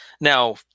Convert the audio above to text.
Now